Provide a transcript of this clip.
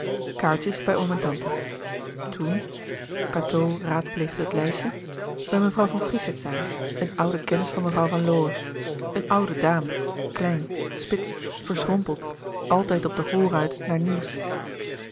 bij oom en tante toen cateau raadpleegde het lijstje bij mevrouw van friesesteijn een oude kennis van mevrouw van lowe thuis een oude dame klein spits verschrompeld altijd op den hoor uit naar nieuws